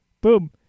Boom